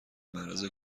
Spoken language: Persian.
معرض